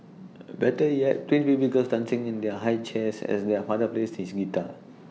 better yet twin baby girls dancing in their high chairs as their father plays his guitar